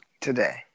today